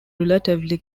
relatively